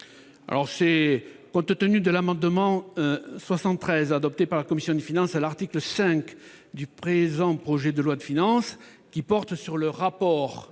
n° II-27. Compte tenu de l'amendement n° I-73 adopté par la commission des finances à l'article 5 du présent projet de loi de finances, qui vise le rapport